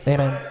Amen